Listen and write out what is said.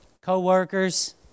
co-workers